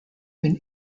been